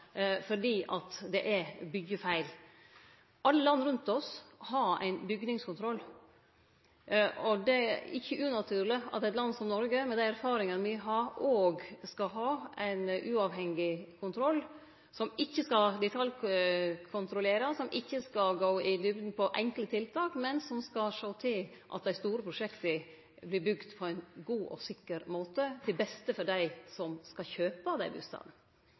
fordi det er byggjefeil. Alle landa rundt oss har ein bygningskontroll, og det er ikkje unaturleg at eit land som Noreg med dei erfaringane me har, òg skal ha ein uavhengig kontroll, som ikkje skal detaljkontrollere, som ikkje skal fordjupe seg i enkelttiltak, men som skal sjå til at dei store prosjekta vert bygde på ein god og sikker måte til beste for dei som skal